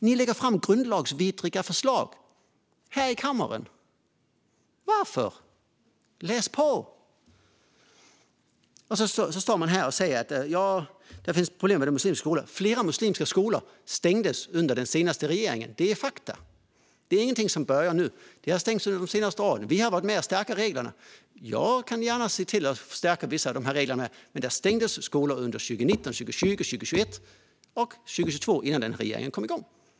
Ni lägger fram grundlagsvidriga förslag här i kammaren. Varför? Läs på! Man står också här och säger att det finns problem med de muslimska skolorna. Flera muslimska skolor stängdes under den senaste regeringen. Det är fakta. Det är ingenting som börjar nu. De har stängts under de senaste åren. Vi har varit med och stärkt reglerna. Jag kan gärna se till att stärka vissa av de här reglerna, men det stängdes skolor under 2019, 2020, 2021 och 2022 innan den nya regeringen kom i gång.